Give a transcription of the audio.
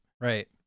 Right